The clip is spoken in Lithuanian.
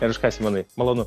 nėr už ką simonai malonu